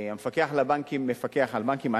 המפקח על הבנקים מפקח על בנקים.